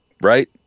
Right